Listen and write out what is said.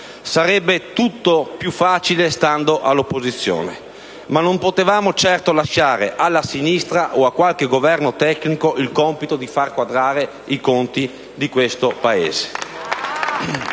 Sarebbe tutto più facile stando all'opposizione, ma non potevamo certo lasciare alla sinistra o a qualche Governo tecnico il compito di far quadrare i conti di questo Paese